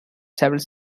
several